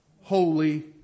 holy